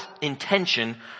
intention